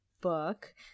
book